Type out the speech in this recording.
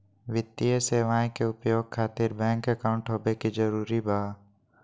वित्तीय सेवाएं के उपयोग खातिर बैंक अकाउंट होबे का जरूरी बा?